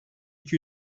iki